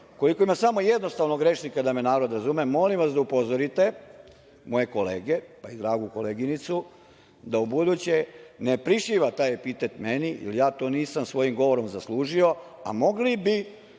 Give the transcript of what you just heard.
ukoliko ima samo jednostavnog rečnika, da me narod razume, molim vas da upozorite moje kolege i dragu koleginicu da ubuduće ne prišiva taj epitet meni, jer ja to nisam svojim govorom zaslužio, a mogli bi